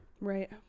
right